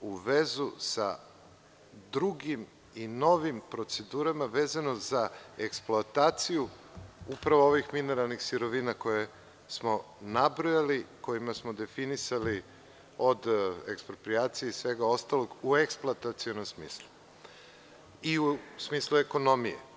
u vezu sa drugim i novim procedurama vezano za eksploataciju upravo ovih mineralnih sirovina koje smo nabrojali, kojima smo definisali od eksproprijacije i svega ostalog u eksploatacionom smislu i u smislu ekonomije.